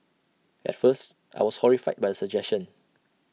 at first I was horrified by the suggestion